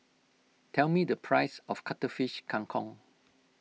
tell me the price of Cuttlefish Kang Kong